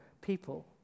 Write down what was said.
people